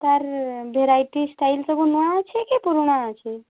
ତା'ର୍ variety style ସବୁ ନୂଆ ଅଛି କି ପୁରୁଣା ଅଛି